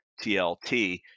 TLT